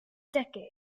decade